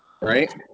Right